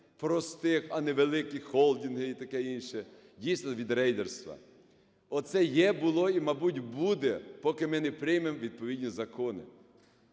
простих, а не великі холдинги і таке інше, дійсно, від рейдерства. Оце є, було і, мабуть, буде, поки ми не приймемо відповідні закони.